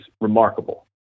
remarkable